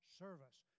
service